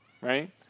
right